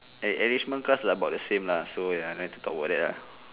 eh enrichment class about the same lah so ya no need to talk about that lah